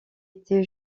été